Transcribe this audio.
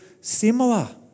similar